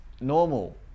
normal